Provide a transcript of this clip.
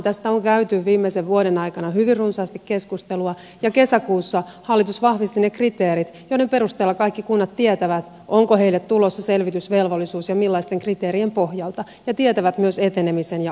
tästä on käyty viimeisen vuoden aikana hyvin runsaasti keskustelua ja kesäkuussa hallitus vahvisti ne kriteerit joiden perusteella kaikki kunnat tietävät onko niille tulossa selvitysvelvollisuus ja millaisten kriteerien pohjalta ja tietävät myös etenemisen ja aikataulun